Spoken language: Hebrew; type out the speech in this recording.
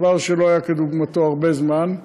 דבר שלא היה כדוגמתו הרבה זמן,